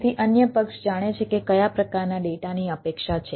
તેથી અન્ય પક્ષ જાણે છે કે કયા પ્રકારના ડેટાની અપેક્ષા છે